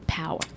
Power